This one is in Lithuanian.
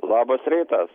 labas rytas